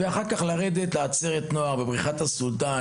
אחר כך נרד לעצרת הנוער בבריכת הסולטן,